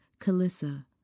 Kalissa